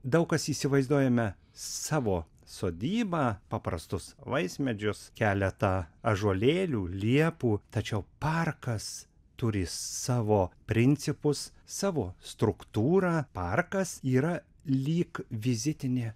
daug kas įsivaizduojame savo sodybą paprastus vaismedžius keletą ąžuolėlių liepų tačiau parkas turi savo principus savo struktūrą parkas yra lyg vizitinė